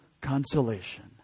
consolation